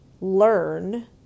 learn